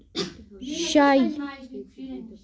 شاے